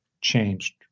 changed